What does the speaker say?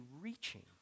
reaching